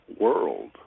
world